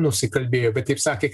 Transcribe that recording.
nusikalbėjo bet taip sakė